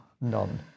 None